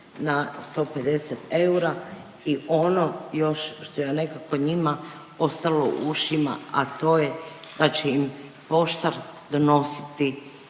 na 150 eura i ono što je još nekako njima ostalo u ušima, a to je da će im poštar donositi,